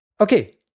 Okay